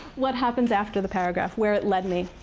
what happens after the paragraph, where it led me.